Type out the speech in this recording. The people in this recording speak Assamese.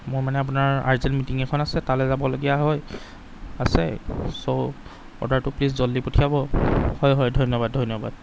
মই মানে আপোনাৰ আৰ্জেণ্ট মিটিং এখন আছে তালৈ যাবলগীয়া হয় আছে চ' অৰ্ডাৰটো প্লিজ জল্ডি পঠিয়াব হয় হয় ধন্যবাদ ধন্যবাদ